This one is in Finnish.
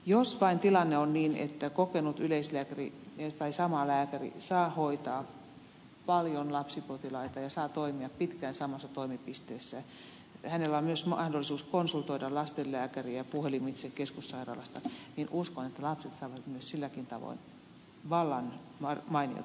jos vain tilanne on niin että kokenut yleislääkäri tai sama lääkäri saa hoitaa paljon lapsipotilaita ja saa toimia pitkään samassa toimipisteessä ja hänellä on myös mahdollisuus konsultoida lastenlääkäriä puhelimitse keskussairaalasta niin uskon että lapset saavat myös silläkin tavoin vallan mainiota hoitoa